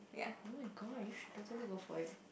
oh-my-god you should totally go for it